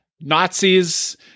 Nazis